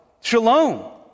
Shalom